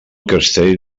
castell